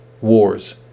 wars